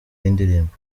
w’indirimbo